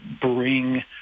bring